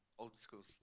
old-school